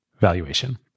valuation